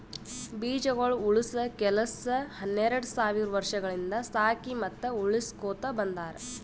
ಬೀಜಗೊಳ್ ಉಳುಸ ಕೆಲಸ ಹನೆರಡ್ ಸಾವಿರ್ ವರ್ಷಗೊಳಿಂದ್ ಸಾಕಿ ಮತ್ತ ಉಳುಸಕೊತ್ ಬಂದಾರ್